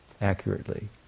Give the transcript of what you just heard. accurately